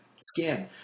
skin